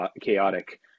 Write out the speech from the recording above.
chaotic